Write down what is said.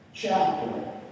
Chapter